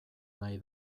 nahi